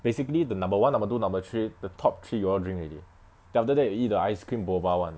basically the number one number two number three the top three you all drink already then after that you eat the ice cream Boba [one]